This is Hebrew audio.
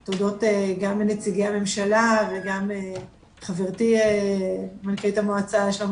ציגי הממשלה ולחברתי מנכ"לית המועצה לשלום